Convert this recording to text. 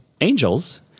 angels